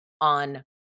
on